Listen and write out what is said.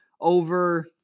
over